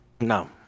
no